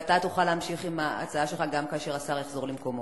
ואתה תוכל להמשיך עם ההצעה שלך גם כאשר השר יחזור למקומו.